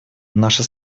наша